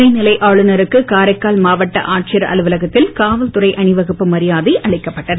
துணை நிலை ஆளுநருக்கு காரைக்கால் மாவட்ட ஆட்சியர் அலுவலகத்தில் காவல்துறை அணிவகுப்பு மரியாதை அளிக்கப்பட்டது